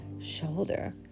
shoulder